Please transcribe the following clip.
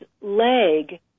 leg